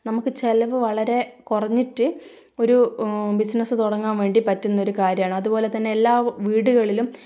നമുക്ക് ചിലവ് വളരെ കുറഞ്ഞിട്ട് ഒരു ബിസിനെസ്സ് തുടങ്ങാൻ വേണ്ടി പറ്റുന്നൊരു കാര്യമാണ് അതു പോലെ തന്നെ എല്ലാ വീടുകളിലും